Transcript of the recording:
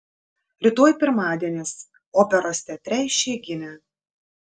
rytoj pirmadienis operos teatre išeiginė